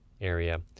area